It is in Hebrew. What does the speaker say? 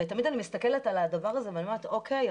תמיד אני מסתכלת על הדבר הזה ואומרת 'או.קיי,